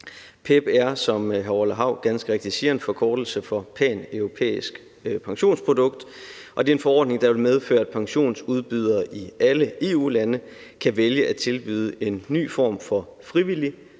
PEPP er, som hr. Orla Hav ganske rigtigt siger, en forkortelse for paneuropæisk personligt pensionsprodukt, og det er en forordning, der vil medføre, at pensionsudbydere i alle EU-lande kan vælge at tilbyde en ny form for frivillig